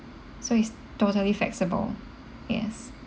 so it's totally flexible yes